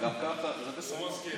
הוא מסכים.